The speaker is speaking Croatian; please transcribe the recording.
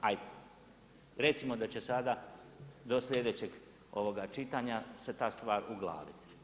Hajde recimo da će sada do sljedećeg čitanja se ta stvar uglaviti.